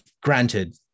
granted